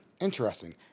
interesting